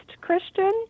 Christian